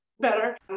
Better